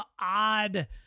odd